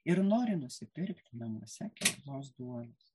ir nori nusipirkti namuose keptos duonos